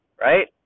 right